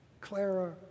Clara